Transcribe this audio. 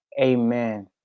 Amen